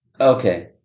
Okay